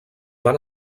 van